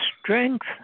strength